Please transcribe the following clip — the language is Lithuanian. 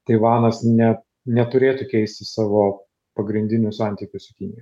taivanas net neturėtų keisti savo pagrindinių santykių su kinija